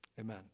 amen